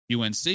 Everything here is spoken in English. UNC